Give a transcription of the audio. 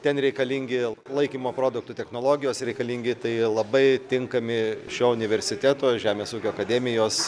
ten reikalingi laikymo produktų technologijos reikalingi tai labai tinkami šio universiteto žemės ūkio akademijos